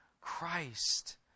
Christ